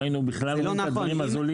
לא היינו בכלל רואים את הדברים הזולים,